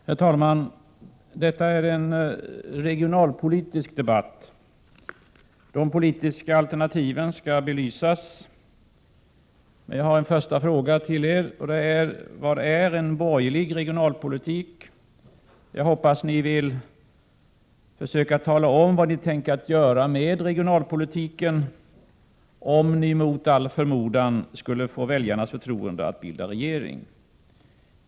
Herr talman! Detta är en regionalpolitisk debatt där de politiska alternativen skall belysas. Jag har en första fråga till de borgerliga företrädarna. Vad innebär en borgerlig regionalpolitik? Jag hoppas att ni försöker tala om vad ni tänker göra med regionalpolitiken, om ni mot all förmodan skulle få väljarnas förtroende att bilda regering.